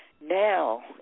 Now